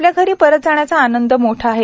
आपल्या घरी परत जाण्याचा आनंद मोठा आहे